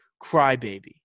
crybaby